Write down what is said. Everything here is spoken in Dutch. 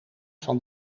van